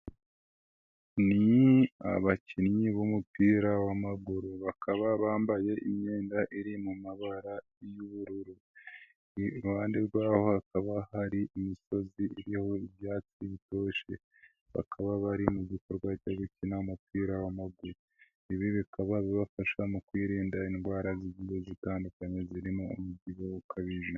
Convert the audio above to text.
Ni abakinnyi b'umupira w'amaguru. Bakaba bambaye imyenda iri mu mabara y'ubururu. Iruhande rwaho hakaba hari imisozi iriho ibyatsi bitoshe. Bakaba bari mu gikorwa cyo gukina umupira w'amaguru. Ibi bikaba bibafasha mu kwirinda indwara zitandukanye zirimo umubyibuho ukabije.